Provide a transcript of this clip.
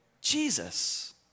Jesus